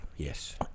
Yes